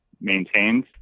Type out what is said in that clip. maintained